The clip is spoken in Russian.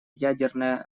ядерное